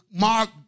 Mark